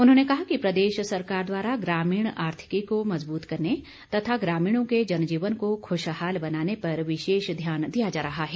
उन्होंने कहा कि प्रदेश सरकार द्वारा ग्रामीण आर्थिकी को मजबूत करने तथा ग्रामीणों के जनजीवन को खुशहाल बनाने पर विशेष ध्यान दिया जा रहा है